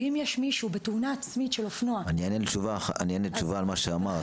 ואם יש מישהו בתאונה עצמית של אופנוע --- אני אענה תשובה על מה שאמרת.